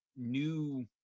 new